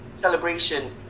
celebration